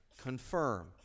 Confirm